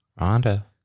Ronda